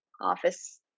office